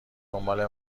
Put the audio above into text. دنبال